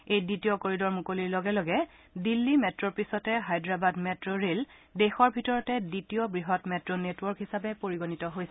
এই দ্বিতীয় কৰিডৰ মুকলিৰ লগে লগে দিল্লী মেট্টোৰ পিছতে হায়দৰাবাদ মেট্টো ৰেল দেশৰ ভিতৰতে দ্বিতীয় বৃহৎ মেট্টো নেটৱৰ্ক হিচাবে পৰিগণিত হৈছে